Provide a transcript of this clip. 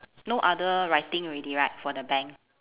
no other writing already right for the bank